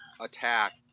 attacked